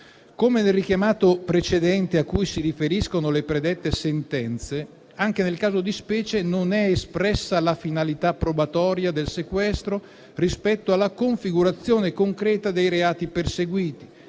Come nel richiamato precedente a cui si riferiscono le predette sentenze, anche nel caso di specie non è espressa la finalità probatoria del sequestro rispetto alla configurazione concreta dei reati perseguiti